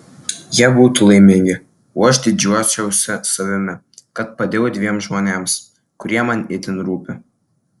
jie būtų laimingi o aš didžiuočiausi savimi kad padėjau dviem žmonėms kurie man itin rūpi